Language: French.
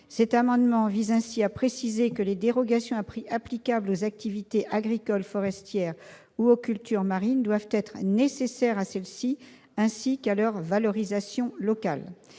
Cet amendement vise ainsi à préciser que les dérogations applicables aux activités agricoles, forestières ou aux cultures marines doivent être « nécessaires » à celles-ci, ainsi qu'à leur valorisation locale.